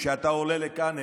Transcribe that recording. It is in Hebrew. כשאתה עולה לכאן,